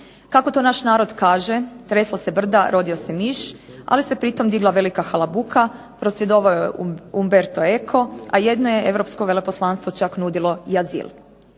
Kako to naš narod kaže "tresla se brda rodio se miš" ali se pritom digla velika halabuka. Prosvjedovao je Umberto Eco, a jedno je europsko veleposlanstvo čak nudilo i azil.